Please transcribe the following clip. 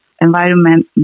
environment